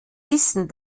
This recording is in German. wissen